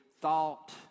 thought